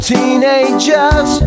Teenagers